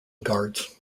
guards